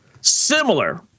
similar